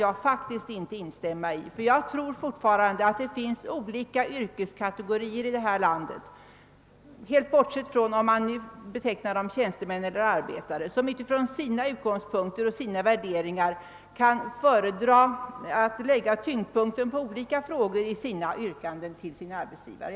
Jag tror att det fortfarande är så att olika yrkeskategorier i vårt land, oavsett om man betecknar dem som tjänstemän eller som arbetare, från sina utgångspunkter och värderingar kan föredra att lägga huvudvikten på olika frågor i de krav man för fram till arbetsgivaren.